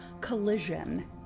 collision